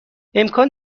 امکان